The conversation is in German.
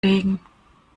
legen